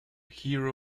hero